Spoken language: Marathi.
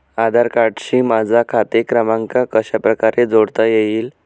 आधार कार्डशी माझा खाते क्रमांक कशाप्रकारे जोडता येईल?